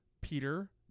Peter